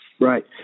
Right